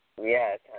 Yes